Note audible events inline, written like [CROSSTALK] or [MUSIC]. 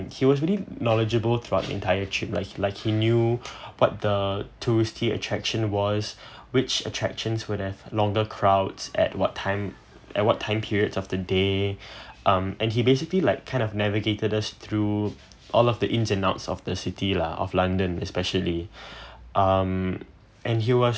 he was really knowledgeable throughout entire trip lah like he knew [BREATH] what the tourist attraction was [BREATH] which attractions would have longer crowds at what time at what time period of the day [BREATH] um and he basically like kind of navigated us through all of the engine out of the city lah of london especially [BREATH] um and he was